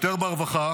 יותר ברווחה,